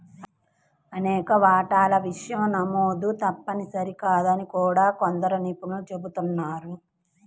అనేక వాటాల విషయం నమోదు తప్పనిసరి కాదని కూడా కొందరు నిపుణులు చెబుతున్నారు